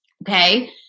Okay